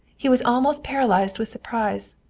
he was almost paralyzed with surprise.